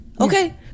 Okay